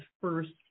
first